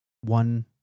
one